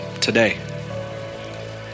today